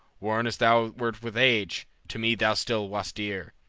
worn as thou wert with age, to me thou still wast dear,